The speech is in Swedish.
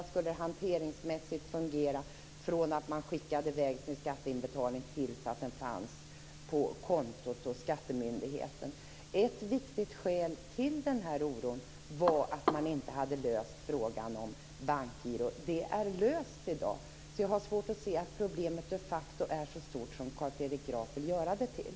Hur skulle det hanteringsmässigt fungera från det att man skickade iväg sin skatteinbetalning tills dess att den fanns på kontot hos skattemyndigheten? Ett viktigt skäl till den oron var att man inte hade löst frågan om bankgiro. Det är löst i dag, så jag har svårt att se att problemet de facto är så stort som Carl Fredrik Graf vill göra det till.